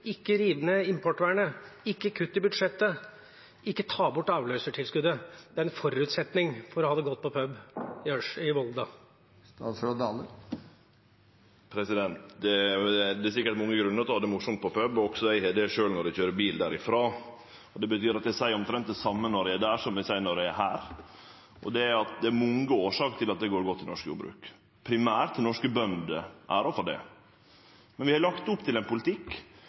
rive ned importvernet, ikke kutte i budsjettet, ikke ta bort avløsertilskuddet – er en forutsetning for å ha det godt på pub i Volda? Det er sikkert mange grunner til å ha det morosamt på pub, og også eg har det, sjølv når eg køyrer bil derifrå. Det betyr at eg seier omtrent det same når eg er der som eg seier når eg er her, og det er at det er mange årsaker til at det går godt i norsk jordbruk. Primært har norske bønder æra for det, men vi har lagt opp til ein politikk